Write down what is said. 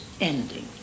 ending